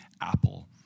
apple